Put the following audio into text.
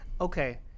okay